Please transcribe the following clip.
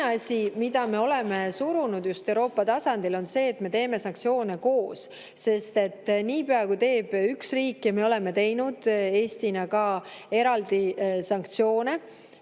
Teine asi, mida me oleme surunud just Euroopa tasandil, on see, et me teeksime sanktsioone koos. Kui neid teeb üks riik – ja me oleme teinud Eesti riigina ka eraldi sanktsioone